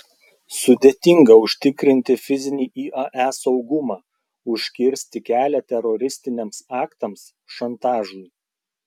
sudėtinga užtikrinti fizinį iae saugumą užkirsti kelią teroristiniams aktams šantažui